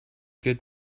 good